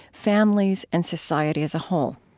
families, and society as a whole